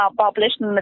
population